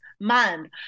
mind